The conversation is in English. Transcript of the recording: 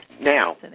Now